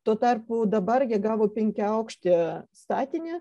tuo tarpu dabar gavo penkiauakštį statinį